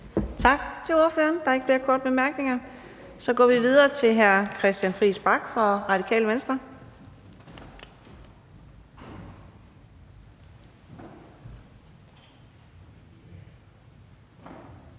Tak til ordføreren. Der er ikke flere korte bemærkninger. Så går vi videre til hr. Christian Friis Bach fra Radikale Venstre.